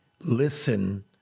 listen